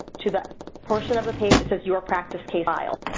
to the portion of the page says your practice k file,